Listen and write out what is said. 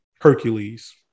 Hercules